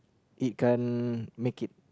it can't make it